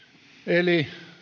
eli